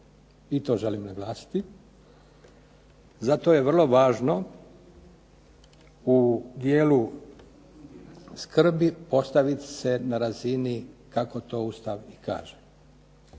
I to želim naglasiti. Zato je vrlo važno u dijelu skrbi postaviti se na razini kako to Ustav i kaže.